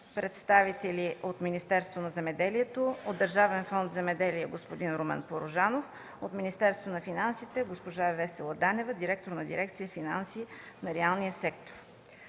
представители от Министерството на земеделието и храните, от Държавен фонд „Земеделие“ – господин Румен Порожанов, от Министерството на финансите госпожа Весела Данева – директор на дирекция „Финанси на реалния сектор”.